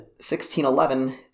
1611